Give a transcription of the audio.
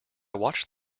watched